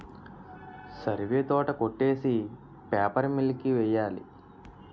సరివే తోట కొట్టేసి paper mill కి వెయ్యాలి